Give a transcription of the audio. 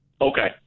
Okay